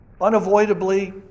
unavoidably